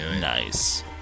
Nice